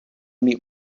meet